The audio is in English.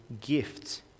gifts